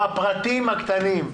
בפרטים הקטנים.